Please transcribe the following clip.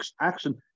action